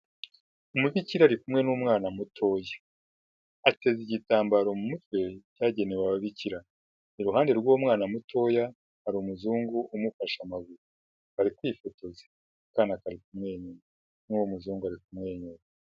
Umubikira ari kumwe n'umwana mutoya. Ateze igitambaro mu mutwe, cyagenewe ababikira. Iruhande rw'uwo mwana mutoya hari umuzungu, umufashe amaguru. Bari kwifotoza; akana kari kumwenyura, n'uwo muzungu ari kumwenyura.